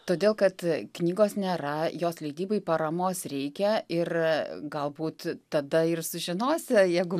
todėl kad knygos nėra jos leidybai paramos reikia ir galbūt tada ir sužinosi jeigu